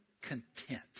content